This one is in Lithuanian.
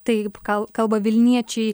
taip kal kalba vilniečiai